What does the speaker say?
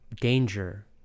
danger